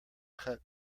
cut